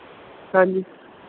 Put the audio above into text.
ਹਾਂਜੀ